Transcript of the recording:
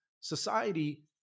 society